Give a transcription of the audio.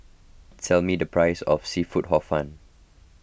tell me the price of Seafood Hor Fun